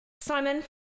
Simon